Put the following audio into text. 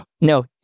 no